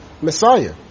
Messiah